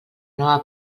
nova